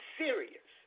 serious